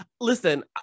listen